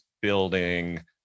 building